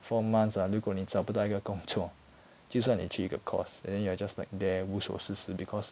four months ah 如果你找不到一个工作就算你去一个 course and then you are just like there 无所事事 because